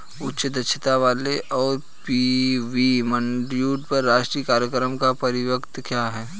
उच्च दक्षता वाले सौर पी.वी मॉड्यूल पर राष्ट्रीय कार्यक्रम का परिव्यय क्या है?